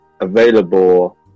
available